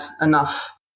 enough